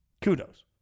Kudos